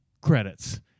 credits